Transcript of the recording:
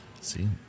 see